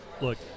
look